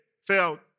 felt